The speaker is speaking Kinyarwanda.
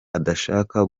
adashaka